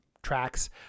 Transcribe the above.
Tracks